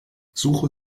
suche